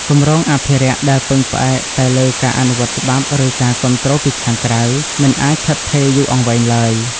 គម្រោងអភិរក្សដែលពឹងផ្អែកតែលើការអនុវត្តច្បាប់ ឬការគាំទ្រពីខាងក្រៅ មិនអាចឋិតឋេរយូរអង្វែងឡើយ។